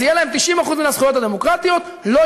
אין שום דבר --- קודם כול,